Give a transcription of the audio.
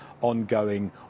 ongoing